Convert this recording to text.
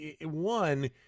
One